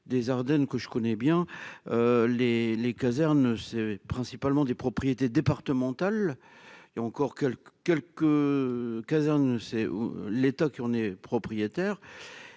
des Ardennes, que je connais bien les les casernes, c'est principalement des propriétés départemental et encore quelques quelques casernes, c'est l'État qui en est propriétaire